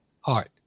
heart